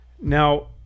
now